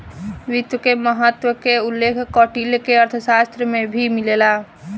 वित्त के महत्त्व के उल्लेख कौटिल्य के अर्थशास्त्र में भी मिलेला